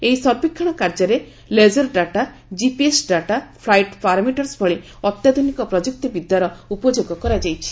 ଏହି ସର୍ବେକ୍ଷଣ କାର୍ଯ୍ୟରେ laser data GPS data flight parameters ଭଳି ଅତ୍ୟାଧୁନିକ ପ୍ରଯୁକ୍ତି ବିଦ୍ୟାର ଉପଯୋଗ କରାଯାଇଛି